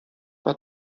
war